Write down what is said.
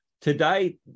Today